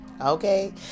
okay